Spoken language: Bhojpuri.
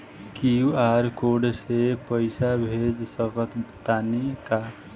क्यू.आर कोड से पईसा भेज सक तानी का?